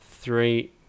three